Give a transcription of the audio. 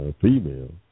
female